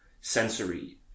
sensory